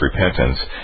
repentance